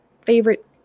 favorite